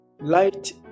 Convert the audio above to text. Light